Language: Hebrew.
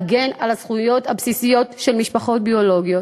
אנחנו רוצים להגן על הזכויות הבסיסיות של משפחות ביולוגיות,